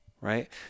right